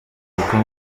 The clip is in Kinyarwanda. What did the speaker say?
kuko